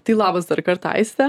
tai labas dar kartą aiste